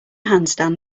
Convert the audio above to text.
handstand